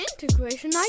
Integration